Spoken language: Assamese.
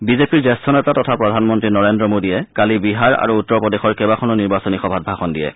বিজেপিৰ জ্যেষ্ঠ নেতা তথা প্ৰধানমন্ত্ৰী নৰেন্দ্ৰ মোডীয়ে কালি বিহাৰ আৰু উত্তৰ প্ৰদেশৰ কেইবাখনো নিৰ্বাচনী সভাত ভাষণ দিয়ে